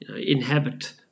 inhabit